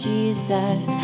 Jesus